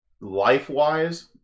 Life-wise